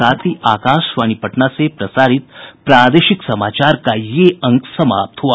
इसके साथ ही आकाशवाणी पटना से प्रसारित प्रादेशिक समाचार का ये अंक समाप्त हुआ